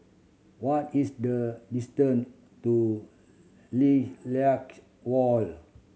what is the distance to Lilac Walk